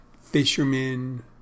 Fishermen